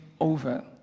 over